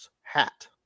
hat